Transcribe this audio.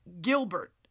Gilbert